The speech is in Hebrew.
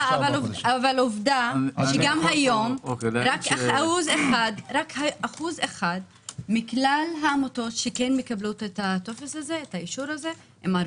עובדה שגם היום רק 1% מכלל העמותות שכן מקבלות את האישור הזה הן ערביות.